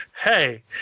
hey